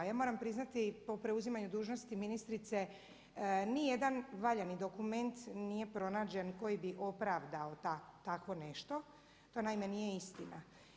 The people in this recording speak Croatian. Ja moram priznati po preuzimanju dužnosti ministrice ni jedan valjani dokument nije pronađen koji bi opravdao tako nešto, to naime nije istina.